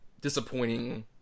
disappointing